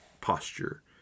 posture